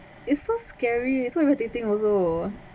it's so scary so irritating also